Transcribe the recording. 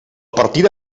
partida